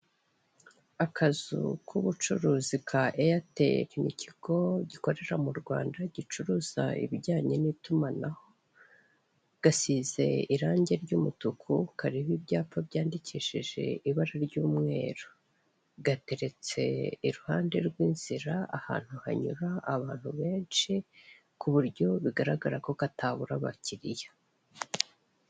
Akazu k'ubucuruzi ka Airtel, ikigo gikorera mu Rwanda gicuruza ibijyanye n'itumanaho, gasize irangi ry'umutuku kariho ibyapa byandikishije ibara ry'umweru, gateretse iruhande rw'inzira ahantu hanyura abantu benshi ku buryo bigaragara ko katabura abakiriya.